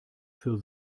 für